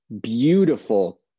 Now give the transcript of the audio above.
beautiful